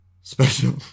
special